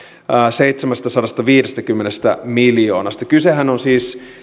seitsemästäsadastaviidestäkymmenestä miljoonasta kysehän on siis